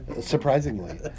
surprisingly